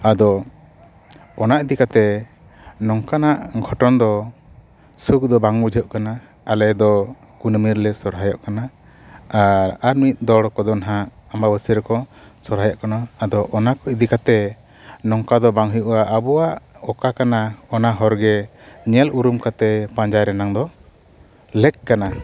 ᱟᱫᱚ ᱚᱱᱟ ᱤᱫᱤ ᱠᱟᱛᱮᱫ ᱱᱚᱝᱠᱟᱱᱟᱜ ᱜᱷᱚᱴᱚᱱ ᱫᱚ ᱥᱩᱠ ᱫᱚ ᱵᱟᱝ ᱵᱩᱡᱷᱟᱹᱜ ᱠᱟᱱᱟ ᱟᱞᱮ ᱫᱚ ᱠᱩᱱᱟᱹᱢᱤ ᱨᱮᱞᱮ ᱥᱚᱨᱦᱟᱭᱜ ᱠᱟᱱᱟ ᱟᱨ ᱟᱨ ᱢᱤᱫ ᱫᱚᱲ ᱠᱚᱫᱚ ᱱᱟᱦᱟᱜ ᱟᱢᱵᱟᱵᱟᱹᱥᱭᱟᱹ ᱨᱮᱠᱚ ᱥᱚᱨᱦᱟᱭᱚᱜ ᱠᱟᱱᱟ ᱟᱫᱚ ᱚᱱᱟ ᱠᱚ ᱤᱫᱤ ᱠᱟᱛᱮᱫ ᱱᱚᱝᱠᱟ ᱫᱚ ᱵᱟᱝ ᱦᱩᱭᱩᱜᱼᱟ ᱟᱵᱚᱣᱟᱜ ᱚᱠᱟ ᱠᱟᱱᱟ ᱚᱱᱟ ᱦᱚᱨ ᱜᱮ ᱧᱮᱞ ᱩᱨᱩᱢ ᱠᱟᱛᱮᱫ ᱯᱟᱸᱡᱟ ᱨᱮᱱᱟᱜ ᱫᱚ ᱞᱮᱠ ᱠᱟᱱᱟ